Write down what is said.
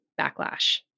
backlash